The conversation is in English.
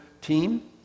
TEAM